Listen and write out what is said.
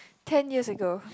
ten years ago